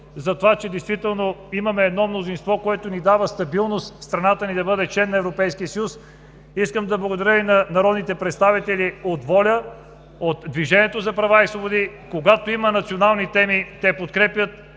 за това, че действително имаме едно мнозинство, което ни дава стабилност страната ни да бъде член на Европейския съюз. Искам да благодаря и на народните представители от „Воля“, от Движението за права и свободи – когато има национални теми, те ни подкрепят.